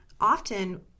Often